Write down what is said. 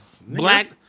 Black